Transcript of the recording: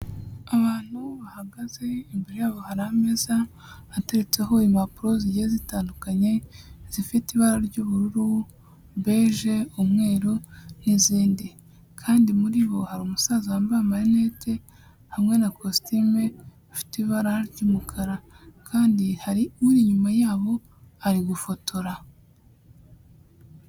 Abantu bahagaze imbere yabo hari ameza ateretseho impapuro zijyiye zitandukanye zifite ibara ry'ubururu, bege, umweru n'izindi. Kandi muri bo hari umusaza wambaye amarinete hamwe na kositime ifite ibara ry'umukara, kandi hari uri inyuma yabo ari gufotora.